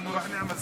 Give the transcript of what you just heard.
גם אצלנו.